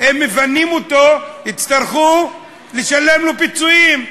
אם מפנים אותו, יצטרכו לשלם לו פיצויים.